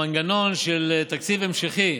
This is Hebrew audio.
שהמנגנון של תקציב המשכי